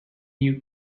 you